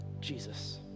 Jesus